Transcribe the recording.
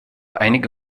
einige